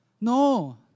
No